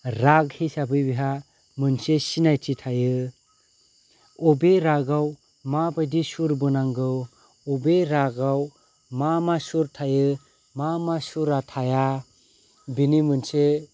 राग हिसाबै बिहा मोनसे सिनायथि थायो अबे रागाव माबायदि सुर बोनांगौ अबे रागाव मा मा सुर थायो मा मा सुरा थाया बिनि मोनसे